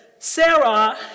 Sarah